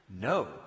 no